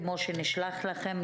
כמו שנשלח לכם,